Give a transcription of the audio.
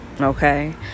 okay